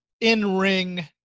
in-ring –